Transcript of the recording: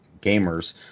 gamers